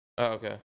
okay